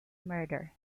murder